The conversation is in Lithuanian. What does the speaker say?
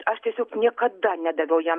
aš tiesiog niekada nedaviau jam